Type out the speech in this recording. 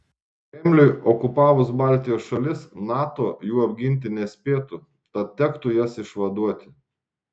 kremliui okupavus baltijos šalis nato jų apginti nespėtų tad tektų jas išvaduoti